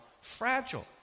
fragile